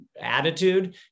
attitude